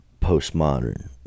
Postmodern